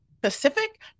Pacific